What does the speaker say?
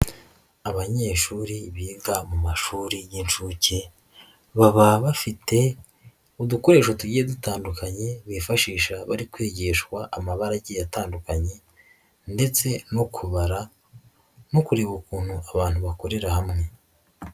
Abanyeshuri biga mu mashuri y'inshuke baba bafite udukoresho tugiye dutandukanye bifashisha bari kwigishwa amabara agiye atandukanye ndetse no kubara no kureba ukuntu abantu bakorera hamwe.